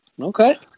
Okay